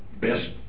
best